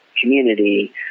community